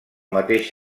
mateix